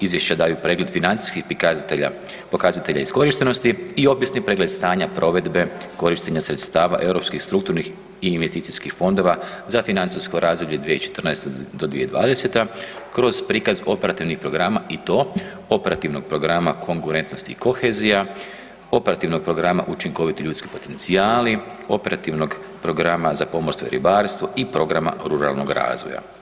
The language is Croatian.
Izvješća daju pregled financijskih pokazatelja iskorištenosti i opisni pregled stanja provedbe korištenja sredstava europskih strukturnih i investicijskih fondova za financijsko razdoblje 2014. do 2020. kroz prikaz operativnih programa i to Operativnog programa konkurentnost i kohezija, Operativnog programa učinkoviti ljudski potencijali, Operativnog programa za pomorstvo i ribarstvo i programa ruralnog razvoja.